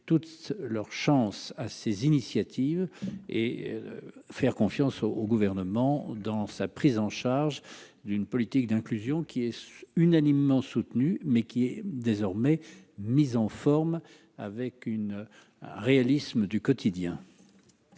toutes leurs chances à ces initiatives et faire confiance au gouvernement dans sa prise en charge d'une politique d'inclusion qui est unanimement soutenu mais qui est désormais mis en forme avec une réalisme du quotidien.